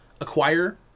acquire